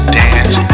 dance